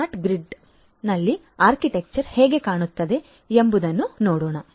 ಆದ್ದರಿಂದ ಸ್ಮಾರ್ಟ್ ಗ್ರಿಡ್ನಲ್ಲಿ ಆರ್ಕಿಟೆಕ್ಚರ್ ಹೇಗೆ ಕಾಣುತ್ತದೆ ಎಂಬುದನ್ನು ನೋಡೋಣ